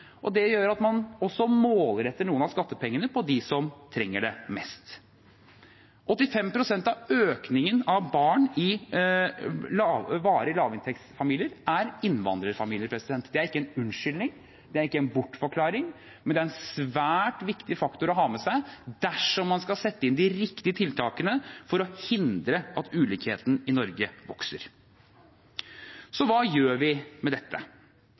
og det gjør at man også målretter noen av skattepengene mot dem som trenger det mest. 85 pst. av økningen i antall barn i familier med varig lavinntekt er i innvandrerfamilier. Det er ikke en unnskyldning, og det er ikke en bortforklaring, men det er en svært viktig faktor å ha med seg dersom man skal sette inn de riktige tiltakene for å hindre at ulikheten i Norge vokser. Så hva gjør vi med dette?